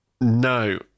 No